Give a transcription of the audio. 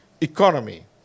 economy